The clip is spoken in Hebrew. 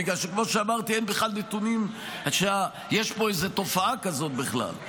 בגלל שכמו שאמרתי אין בכלל נתונים שיש פה איזה תופעה כזאת בכלל,